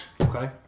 Okay